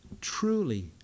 truly